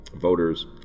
voters